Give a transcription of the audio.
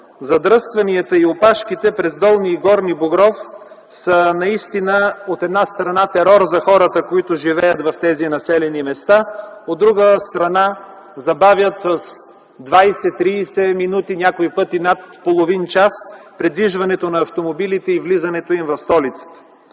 задръстванията и опашките през Долни и Горни Богров са наистина, от една страна, терор за хората, които живеят в тези населени места, от друга страна – забавят с над 20-30 минути придвижването на автомобилите и влизането им в столицата.